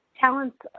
talents